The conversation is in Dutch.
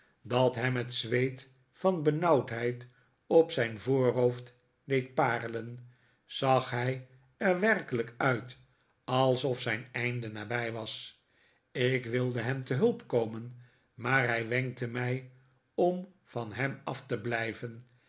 dat hem het zweet van benauwdheid op zijn voorhoofd deed parelen zag hij er werkelijk uit alsof zijn einde nabij was ik wilde hem te hulp komen maar hij wenkte mij om van hem af te blijven